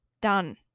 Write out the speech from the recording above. done